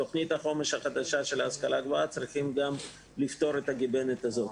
בתכנית החומש החדשה של ההשכלה הגבוהה צריך לפתור גם את הגיבנת הזאת.